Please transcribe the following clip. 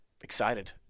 excited